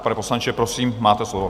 Pane poslanče, prosím, máte slovo.